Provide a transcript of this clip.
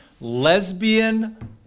lesbian